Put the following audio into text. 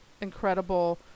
incredible